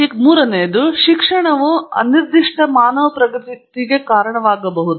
ನಂತರ ಮೂರನೆಯದು ಶಿಕ್ಷಣವು ಅನಿರ್ದಿಷ್ಟ ಮಾನವ ಪ್ರಗತಿಗೆ ಕಾರಣವಾಗಬಹುದು